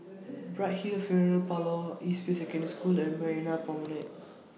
Bright Hill Funeral Parlour East View Secondary School and Marina Promenade